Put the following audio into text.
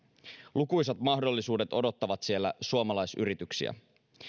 lukuisat mahdollisuudet odottavat siellä suomalaisyrityksiä